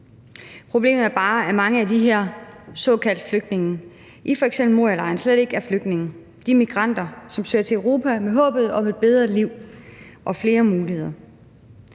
Problemet er bare, at mange af de her såkaldte flygtninge i f.eks. Morialejren slet ikke er flygtninge. De er migranter, som søger til Europa i håbet om et bedre liv og flere muligheder.